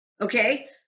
Okay